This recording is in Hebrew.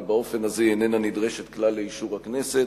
ובאופן הזה היא איננה נדרשת כלל לאישור הכנסת.